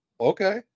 Okay